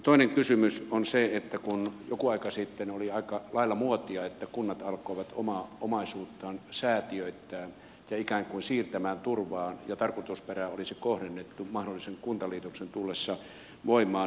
toinen kysymys on se että joku aika sitten oli aika lailla muotia että kunnat alkoivat omaa omaisuuttaan säätiöittää alkoivat ikään kuin siirtämään turvaan ja tarkoitusperä olisi kohdennettu mahdollisen kuntaliitoksen tullessa voimaan